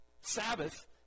Sabbath